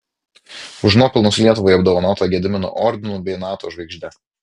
už nuopelnus lietuvai apdovanota gedimino ordinu bei nato žvaigžde